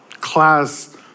class